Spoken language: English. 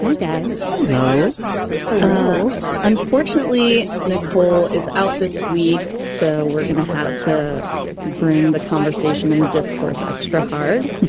yeah guys. hello hello unfortunately, nicole is out this week, so we're going to have to bring the conversation and the discourse extra hard.